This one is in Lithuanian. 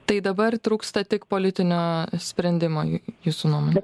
tai dabar trūksta tik politinio sprendimo j jūsų nuomone